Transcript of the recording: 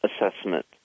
assessment